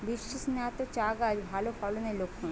বৃষ্টিস্নাত চা গাছ ভালো ফলনের লক্ষন